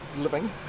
living